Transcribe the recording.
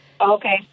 Okay